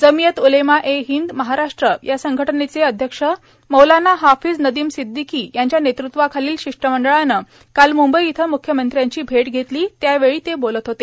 जमियत उलेमा ए हिंद महाराष्ट्र या संघटनेचे अध्यक्ष मौलाना हाफीज नदीम सिद्दिकी यांच्या नेतृत्वाखालील शिष्टमंडळानं काल मुंबईत म्रख्यमंत्र्यांची भेट घेतली त्यावेळी ते बोलत होते